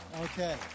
Okay